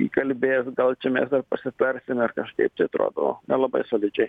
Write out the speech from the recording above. įkalbės gal čia mes dar pasitarsime ar kažkaip čia atrodo nelabai solidžiai